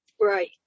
Right